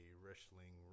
wrestling